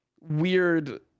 weird